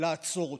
לעצור אותו.